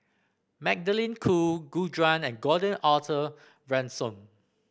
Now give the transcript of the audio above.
Magdalene Khoo Gu Juan and Gordon Arthur Ransome